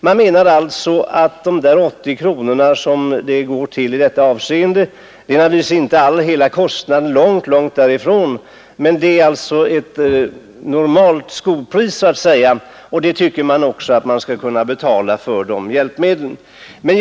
Man menar alltså att de 80 kronor som det gäller i detta avseende — de motsvarar inte hela kostnaden, långt därifrån — är ett normalt skopris så att säga, och det tycker vi att man bör kunna betala för de hjälpmedlen.